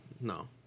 no